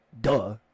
Duh